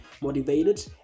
motivated